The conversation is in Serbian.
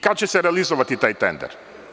Kad će se realizovati taj tender?